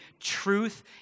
truth